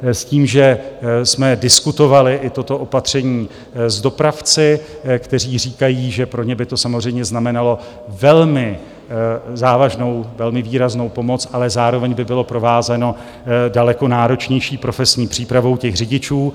S tím, že jsme diskutovali i toto opatření s dopravci, kteří říkají, že pro ně by to samozřejmě znamenalo velmi závažnou, velmi výraznou pomoc, ale zároveň by to bylo provázeno daleko náročnější profesní přípravou těch řidičů.